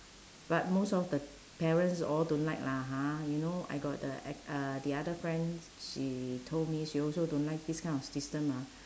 but most of the parents all don't like lah ha you know I got the a~ uh the other friend she told me she also don't like this kind of system ah